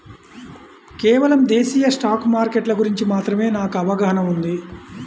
కేవలం దేశీయ స్టాక్ మార్కెట్ల గురించి మాత్రమే నాకు అవగాహనా ఉంది